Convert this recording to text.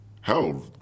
hell